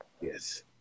Yes